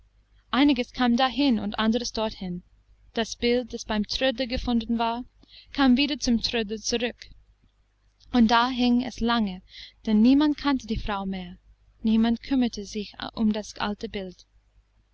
einiges kam dahin und anderes dorthin das bild das beim trödler gefunden war kam wieder zum trödler zurück und da hing es lange denn niemand kannte die frau mehr niemand kümmerte sich um das alte bild